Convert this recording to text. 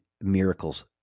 miracles